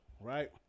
right